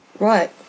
Right